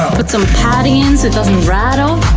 put some padding in so it doesn't rattle.